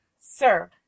Sir